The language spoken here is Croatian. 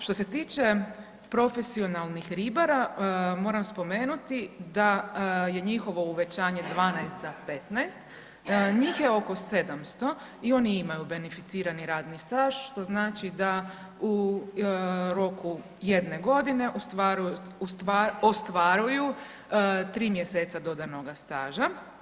Što se tiče profesionalnih ribara, moram spomenuti da je njihovo uvećanje 12 za 15, njih je oko 700 i oni imaju beneficirani radni staž, što znači da u roku jedne godine ostvaruju 3 mjeseca dodanoga staža.